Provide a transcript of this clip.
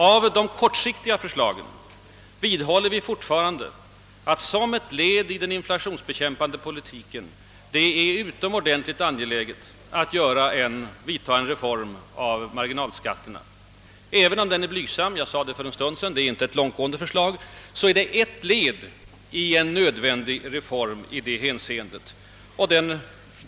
Icke desto mindre vidhåller vi fortfarande att det som ett led i den inflationsbekämpande politiken är utomordentligt angeläget att reformera marginalskatterna redan under nästa budgetår. även om vårt förslag är blygsamt — jag sade för en stund sedan att det inte är långtgående — är det ett led i en nödvändig reform i detta hänseende.